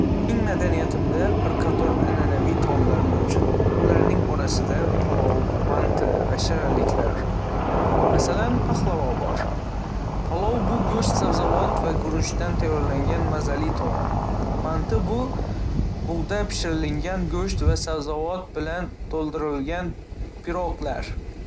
madaniyatimda bir qator an'anaviy taomlar mavjud. Ularning orasida palov, manti va shirinliklar, masalan, pahlava bor. Palov bu go'sht, sabzavot va guruchdan tayyorlangan mazali taom. Manti bu bug'da pishirilgan, go'sht va sabzavot bilan to'ldirilgan piroglar.